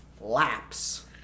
laps